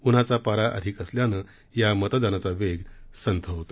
उन्हाचा पारा अधिक असल्यानं मतदानाचा वेग संथ आहे